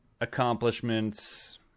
accomplishments